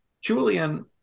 Julian